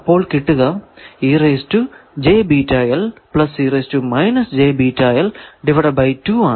അപ്പോൾ കിട്ടുക ആണ്